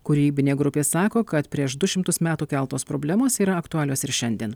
kūrybinė grupė sako kad prieš du šimtus metų keltos problemos yra aktualios ir šiandien